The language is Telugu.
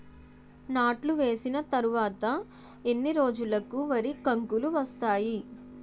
నాట్లు వేసిన తర్వాత ఎన్ని రోజులకు వరి కంకులు వస్తాయి?